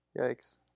yikes